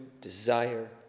desire